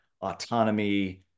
autonomy